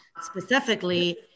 specifically